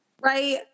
right